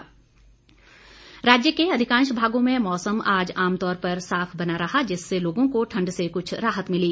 मौसम राज्य के अधिकांश भागों में मौसम आज आमतौर पर साफ बना रहा जिससे लोगों को ठंड से कृछ राहत मिली